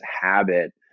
habit